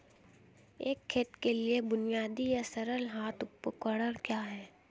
एक खेत के लिए बुनियादी या सरल हाथ उपकरण क्या हैं?